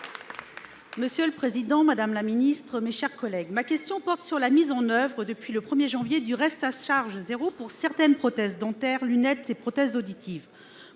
Monsieur le président, madame la ministre, mes chers collègues, ma question porte sur la mise en oeuvre, depuis le 1 janvier, du « reste à charge zéro », ou RAC 0, pour certaines prothèses dentaires, lunettes et prothèses auditives.